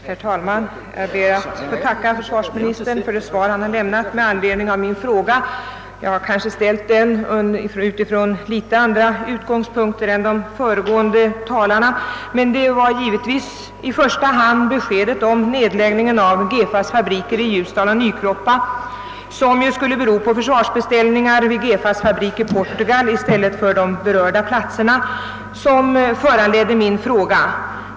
Herr talman! Jag ber att få tacka försvarsministern för det svar han lämnat på min fråga. Jag har ställt den utifrån litet andra utgångspunkter än de föregående ärade talarna, men gi vetvis var det i första hand beskedet om nedläggningen av GEFA:s fabriker i Ljusdal och Nykroppa — vilken skulle bero på försvarsbeställningar vid GEFA:s fabriker i Portugal i stället för på de berörda platserna — som föranledde frågan.